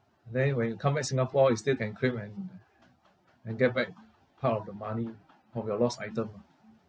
then when you come back singapore you still can claim and and get back part of the money of your lost item ah